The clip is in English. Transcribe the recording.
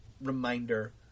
reminder